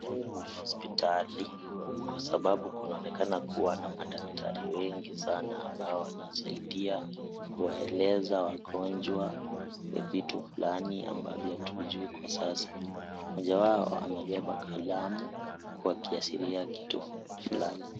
Hii ni hospitali kwa sababu kunaonekana kuwa na madaktari wengi sana ambao wanasaidia kuwaeleza wagonjwa kuwa ni vitu fulani ambavyo hatuvijui kwa sasa, mmoja wao amebeba kalamu huku akiashiria kitu fulani.